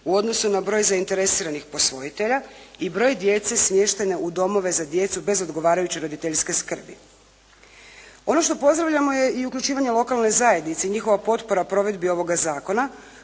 u odnosu na broj zainteresiranih posvojitelja i broj djece smještene u domove za djecu bez odgovarajuće roditeljske skrbi. Ono što pozdravljamo je uključivanje i lokalne zajednice, njihova potpora provedbi ovoga zakona,